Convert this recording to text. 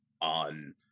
on